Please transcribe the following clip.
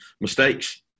mistakes